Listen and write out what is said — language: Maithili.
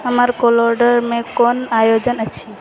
हमर कैलेंडरमे कोन आयोजन अछि